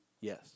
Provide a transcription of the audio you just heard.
Yes